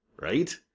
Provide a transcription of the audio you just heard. right